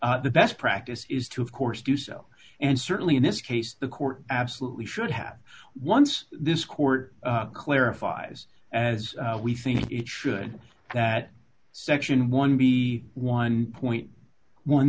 the best practice is to of course do so and certainly in this case the court absolutely should have once this court clarifies as we think it should that section one be one point one